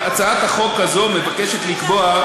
הצעת החוק הזאת מבקשת לקבוע,